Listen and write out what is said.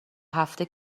هفته